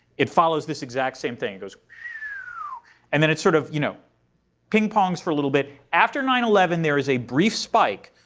it follows this exact same thing. it goes and then it sort of you know ping-pongs for a little bit. after nine eleven there is a brief spike.